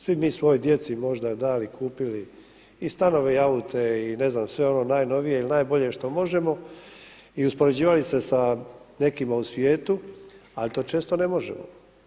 Svi mi svojoj djeci bi možda dali, kupili, i stanove, i aute i ne znam sve ono najnovije i najbolje što možemo i uspoređivali se sa nekim u svijetu, ali to često ne možemo.